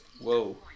whoa